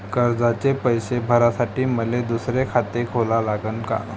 कर्जाचे पैसे भरासाठी मले दुसरे खाते खोला लागन का?